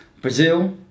Brazil